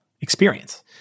experience